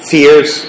Fears